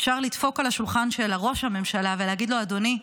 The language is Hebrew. אפשר לדפוק על השולחן של ראש הממשלה ולהגיד לו: אדוני,